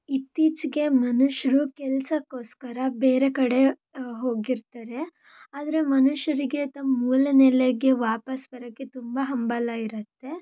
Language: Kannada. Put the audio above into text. ಇತ್ತೀಚೆಗೆ ಮನುಷ್ಯರು ಕೆಲಸಕ್ಕೋಸ್ಕರ ಬೇರೆ ಕಡೆ ಹೋಗಿರ್ತಾರೆ ಆದರೆ ಮನುಷ್ಯರಿಗೆ ತಮ್ಮ ಮೂಲನೆಲೆಗೆ ವಾಪಸ್ ಬರೋಕ್ಕೆ ತುಂಬ ಹಂಬಲ ಇರುತ್ತೆ